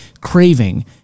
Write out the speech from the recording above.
craving